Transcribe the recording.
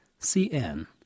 cn